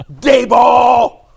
Dayball